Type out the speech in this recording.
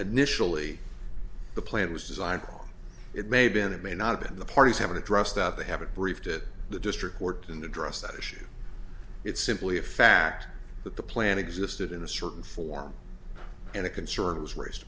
initially the plant was designed it may been it may not been the parties haven't addressed that they haven't briefed it the district court in the address that issue it's simply a fact that the plan existed in a certain form and a concern was raised